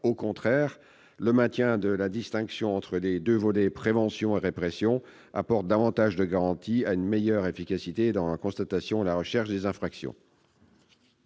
Au contraire, le maintien de la distinction entre les volets prévention et répression apporte davantage de garanties en vue d'une meilleure efficacité dans la constatation et la recherche des infractions.